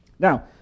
Now